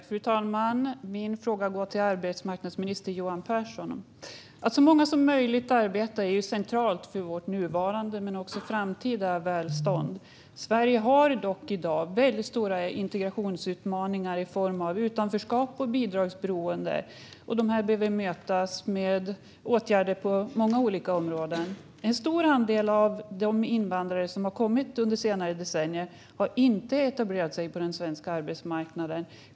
Fru talman! Min fråga går till arbetsmarknadsminister Johan Pehrson. Att så många som möjligt arbetar är centralt för vårt nuvarande men också framtida välstånd. Sverige har dock i dag väldigt stora integrationsutmaningar i form av utanförskap och bidragsberoende vilka behöver mötas med åtgärder på många olika områden. En stor andel av de invandrare som har kommit under senare decennier har inte etablerat sig på den svenska arbetsmarknaden.